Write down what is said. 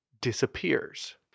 disappears